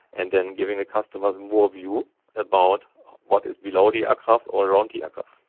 and then giving the customers and more view about what is below the aircraft or around the aircraft.